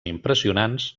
impressionants